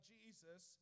Jesus